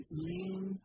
lean